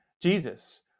Jesus